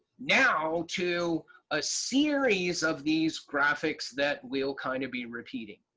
now, to a series of these graphics that we'll kind of be repeating.